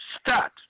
start